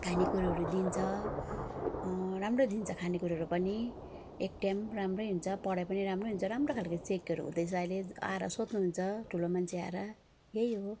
खानेकुरोहरू दिन्छ राम्रो दिन्छ खानेकुरोहरू पनि एक टाइम राम्रै हुन्छ पढाइ पनि राम्रै हुन्छ राम्रो खालको चेकहरू हुँदैछ अहिले आएर सोध्नुहुन्छ ठुलो मान्छे आएर त्यही हो